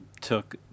took